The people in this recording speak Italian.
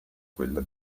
quella